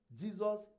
Jesus